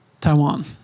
Taiwan